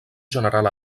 general